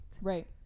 Right